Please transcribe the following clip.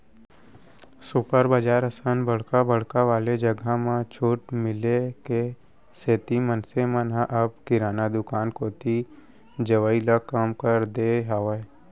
super बजार असन बड़का बड़का वाले जघा म छूट मिले के सेती मनसे मन ह अब किराना दुकान कोती जवई ल कम कर दे हावय